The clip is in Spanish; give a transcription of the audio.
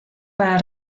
para